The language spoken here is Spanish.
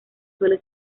suele